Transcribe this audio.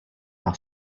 par